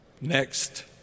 Next